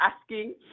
asking